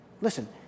Listen